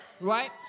right